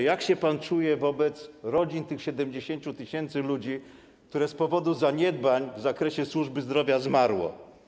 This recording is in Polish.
Jak się pan czuje wobec rodzin tych 70 tys. ludzi, którzy z powodu zaniedbań w zakresie służby zdrowia zmarli?